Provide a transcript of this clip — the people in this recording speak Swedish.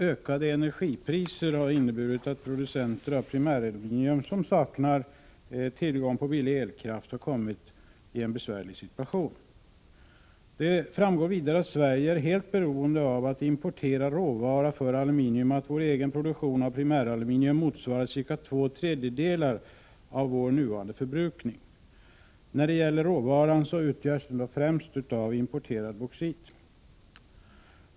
Ökade energipriser har inneburit att producenter av primäraluminium som saknar tillgång på billig elkraft har kommit i en besvärlig situation. Det framgår vidare att Sverige är helt beroende av att importera råvara för aluminium och att vår egen produktion av primäraluminium motsvarar cirka två tredjedelar av vår nuvarande förbrukning. Som råvara används främst importerad bauxit.